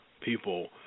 people